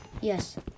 Yes